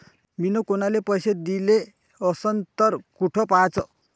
मिन कुनाले पैसे दिले असन तर कुठ पाहाचं?